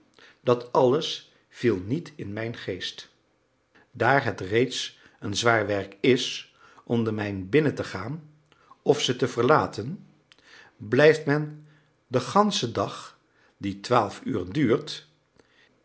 klonken dat alles viel niet in mijn geest daar het reeds een zwaar werk is om de mijn binnen te gaan of ze te verlaten blijft men den ganschen dag die twaalf uren duurt